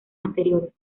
anteriores